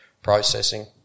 processing